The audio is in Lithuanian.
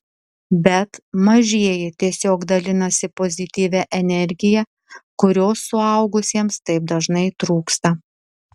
bet mažieji tiesiog dalinasi pozityvia energija kurios suaugusiems taip dažnai trūksta